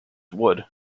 wood